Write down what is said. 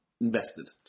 invested